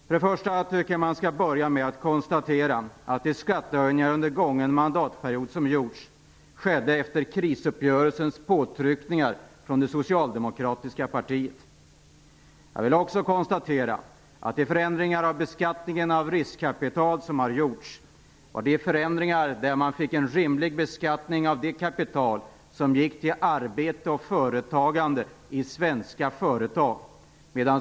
Först och främst tycker jag att det skall konstateras att de skattehöjningar som gjorts under den gångna mandatperioden skedde efter socialdemokratiska partiets påtryckningar i krisuppgörelsen. Jag vill också konstatera att gjorda förändringar i beskattningen av riskkapital är förändringar som innebär en rimlig beskattning av kapital som gått till arbete och företagande i svenska företag.